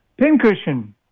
pincushion